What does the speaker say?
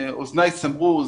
אוזניי סמרו.